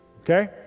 Okay